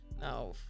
No